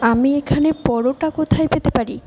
আমি এখানে পরোটা কোথায় পেতে পারি